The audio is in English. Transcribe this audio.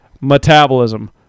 metabolism